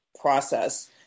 process